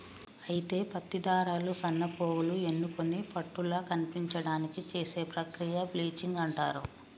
అయితే పత్తి దారాలు సన్నపోగులు ఎన్నుకొని పట్టుల కనిపించడానికి చేసే ప్రక్రియ బ్లీచింగ్ అంటారు